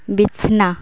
ᱵᱤᱪᱷᱱᱟᱹ